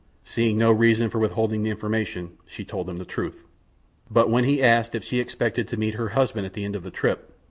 seeing no reason for withholding the information, she told him the truth but when he asked if she expected to meet her husband at the end of the trip,